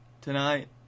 Tonight